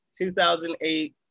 2008